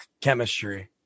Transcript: chemistry